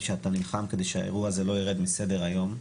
שאתה נלחמת כדי שהאירוע הזה לא ירד מסדר היום.